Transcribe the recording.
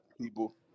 people